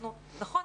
נכון,